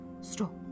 stop